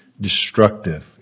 destructive